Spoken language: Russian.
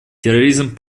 терроризм